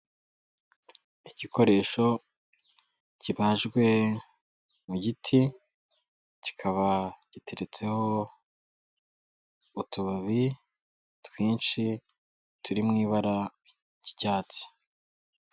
Igikoresho kibajwe mu giti, kikaba giteritseho utubabi twinshi turi mu ibara ry'icyatsi.